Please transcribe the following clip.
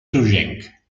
rogenc